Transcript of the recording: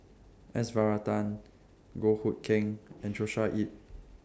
S Varathan Goh Hood Keng and Joshua Ip